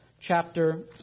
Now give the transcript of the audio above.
chapter